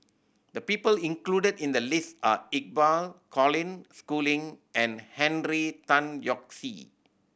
the people included in the list are Iqbal Colin Schooling and Henry Tan Yoke See